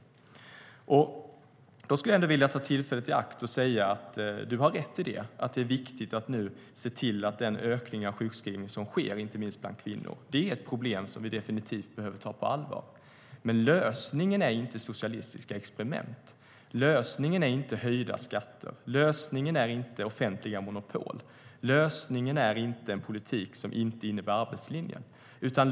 Jag skulle vilja ta tillfället i akt att säga att du har rätt i att det är viktigt att vi nu ser den ökning av sjukskrivningar som sker, inte minst bland kvinnor. Det är ett problem som vi definitivt behöver ta på allvar. Men lösningen är inte socialistiska experiment. Lösningen är inte höjda skatter. Lösningen är inte offentliga monopol. Lösningen är inte en politik som inte innebär arbetslinjen.